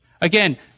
Again